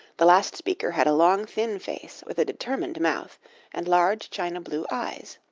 the last speaker had a long thin face with a determined mouth and large china blue eyes.